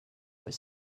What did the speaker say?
were